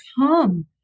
come